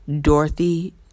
Dorothy